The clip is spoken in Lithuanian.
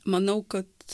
manau kad